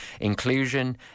inclusion